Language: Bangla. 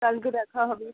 কালকে দেখা হবে